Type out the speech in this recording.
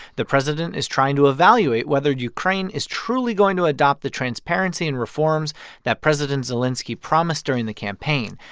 the president is trying to evaluate whether ukraine is truly going to adopt the transparency and reforms that president zelenskiy promised during the campaign.